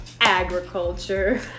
Agriculture